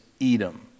Edom